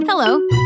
Hello